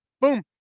boom